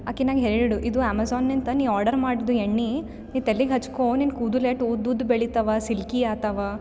ಆಕೆ ನಂಗೆ ಹೇಳ್ಡು ಇದು ಅಮೆಝನ್ನಿಂತ ನೀ ಆರ್ಡರ್ ಮಾಡ್ದು ಎಣ್ಣೆ ನೀ ತೆಲಿಗ್ ಹಚ್ಕೋ ನಿನ್ನ ಕೂದಲು ಎಷ್ಟ್ ಉದ್ದ ಉದ್ದ ಬೆಳಿತಾವ ಸಿಲ್ಕಿ ಆಗ್ತಾವ